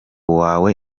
wawe